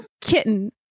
kitten